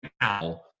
now